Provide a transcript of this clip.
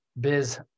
biz